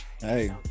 Hey